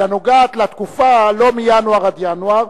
אלא קשורה לתקופה לא מינואר עד ינואר,